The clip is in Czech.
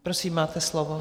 Prosím, máte slovo.